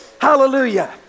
Hallelujah